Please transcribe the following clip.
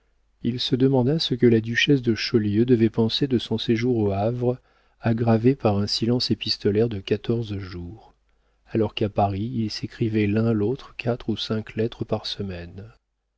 il se demanda ce que la duchesse de chaulieu devait penser de son séjour au havre aggravé par un silence épistolaire de quatorze jours alors qu'à paris ils s'écrivaient l'un à l'autre quatre ou cinq lettres par semaine